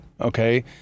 okay